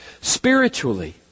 spiritually